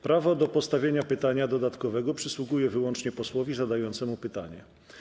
Prawo do postawienia pytania dodatkowego przysługuje wyłącznie posłowi zadającemu pytanie.